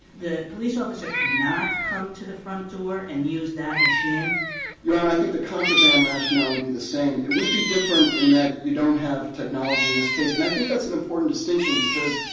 the police officer could not come to the front door and use that machine? garre your honor, i think the contraband rationale would be the same. it would be different in that you don't have technology in this case. and i think that's an important distinction because,